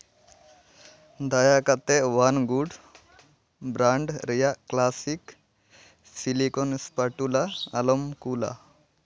ᱫᱟᱭᱟ ᱠᱟᱛᱮᱫ one good brand ᱨᱮᱭᱟᱜ ᱠᱞᱟᱥᱤᱠ ᱥᱮᱞᱤᱠᱚᱱ ᱮᱥᱯᱟᱴᱩᱞᱟ ᱟᱞᱚᱢ ᱠᱩᱞᱟ